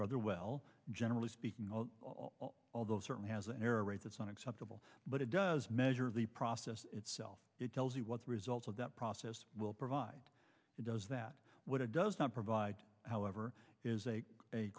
rather well generally speaking although certainly has an error rate that's unacceptable but it does measure the process itself it tells you what the result of that process will provide it does that what it does not provide however is a